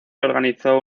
organizó